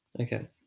Okay